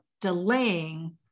delaying